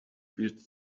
build